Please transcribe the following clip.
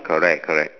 correct correct